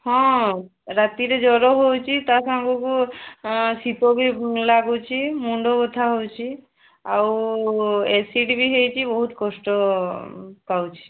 ହଁ ରାତିରେ ଜ୍ୱର ହେଉଛି ତା ସାଙ୍ଗକୁ ଶୀତ ବି ଲାଗୁଛି ମୁଣ୍ଡ ବ୍ୟଥା ହେଉଛି ଆଉ ଏସିଡ଼୍ ବି ହୋଇଛି ବହୁତ କଷ୍ଟ ପାଉଛି